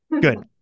Good